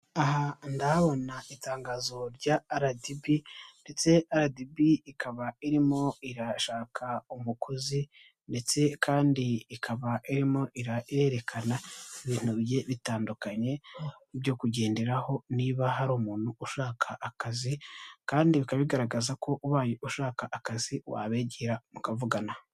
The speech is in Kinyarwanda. Aha ndahabona itangazo rya aradibi ndetse aradibi, ikaba irimo irashaka umukozi, ndetse kandi ikaba irerekana ibintu bitandukanye byo kugenderaho niba hari umuntu ushaka akazi kandi bikaba bigaragaza ko ubaye ushaka akazi wabegera mukavugana.